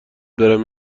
برم